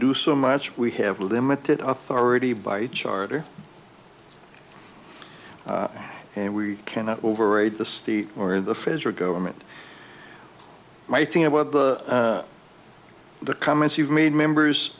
do so much we have limited authority by charter and we cannot override the state or the federal government my thing about the comments you've made members